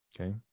Okay